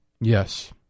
Yes